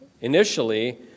initially